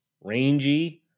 rangy